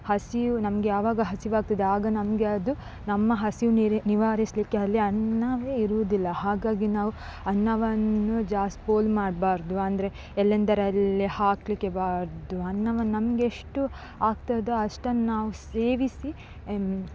ಹಸಿವು ನಮಗೆ ಯಾವಾಗ ಹಸಿವು ಆಗ್ತದೆ ಆಗ ನಮಗೆ ಅದು ನಮ್ಮ ಹಸಿವು ನಿವಾರಿಸಲಿಕ್ಕೆ ಅಲ್ಲಿ ಅನ್ನವೇ ಇರುವುದಿಲ್ಲ ಹಾಗಾಗಿ ನಾವು ಅನ್ನವನ್ನು ಜಾಸ್ತಿ ಪೋಲು ಮಾಡಬಾರ್ದು ಅಂದರೆ ಎಲ್ಲೆಂದರಲ್ಲಿ ಹಾಕಲಿಕ್ಕೆ ಬಾರದು ಅನ್ನವನ್ನು ನಮಗೆಷ್ಟು ಆಗ್ತದೋ ಅಷ್ಟನ್ನು ನಾವು ಸೇವಿಸಿ